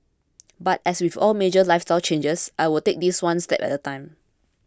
but as with all major lifestyle changes I'll take this one step at a time